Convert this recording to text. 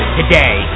today